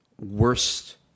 worst